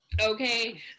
okay